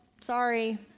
sorry